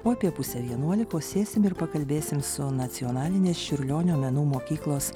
o apie pusę vienuolikos sėsim ir pakalbėsim su nacionalinės čiurlionio menų mokyklos